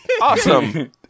Awesome